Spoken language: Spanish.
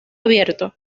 abierto